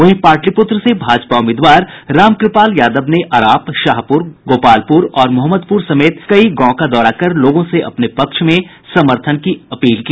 वहीं पाटलिपुत्र से भाजपा उम्मीदवार रामकृपाल यादव ने अराप शाहपुर गोपलपुर और मोहमदपुर समेत कई गांव का दौरा कर लोगों से अपने पक्ष में समर्थन की अपील की